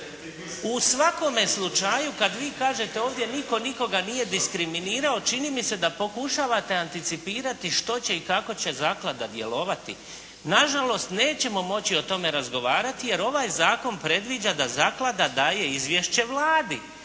U svakome slučaju kada vi kažete ovdje nitko nikoga nije diskriminirao, čini mi se da pokušavate anticipirati što će i kako će zaklada djelovati. Na žalost, nećemo moći o tome razgovarati jer ovaj zakon predviđa da zaklada daje izvješće Vladi.